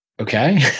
Okay